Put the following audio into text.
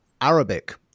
Arabic